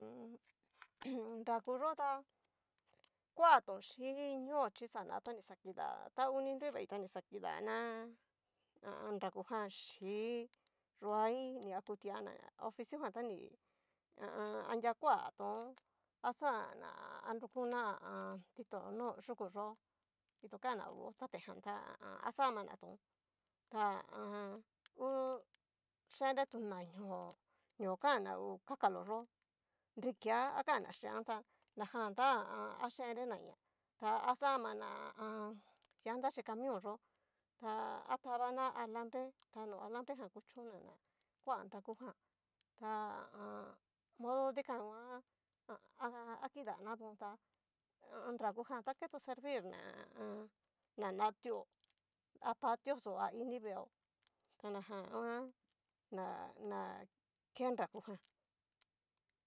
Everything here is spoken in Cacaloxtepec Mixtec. Mmm rakuxo ta kuaton chín ñóo, chi xana ta ni xakidá tan ta hu ni nrui vei ta ni kidana ha a an. nrakujan, xhi'i, yuaí ni a kutuana oficio jan ta ni ha a an adria kuaton axana a nrukuna ha a an. titón no yuku xó kitokan na ngu otate jan tá ha a an. axamanatón, ta ha a an. hu yendretuna ñoo. ñoo kana ngu cacalo yo'o nrikia akana chian tá najan tá ha a an. achenrenaña ta xamana ha a an. llanta xhi camion yo'o, ta atavana alambre ta no alambre jan kuchon na na koa nraku jan ta ha aanmodo dikan nguan, ha hakidanatón táha a an nrakujan ta ketón servir ná ha a an. nanatio a patio xó a iniveo ta na jan nguan na- na ke. nrakujan.